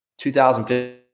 2015